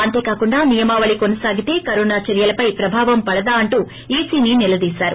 అంతే కాకుండా నియమావళి కొనసాగితే కరోనా చర్యలపై ప్రభావం పడదా అని ఈసీని నిలదీశారు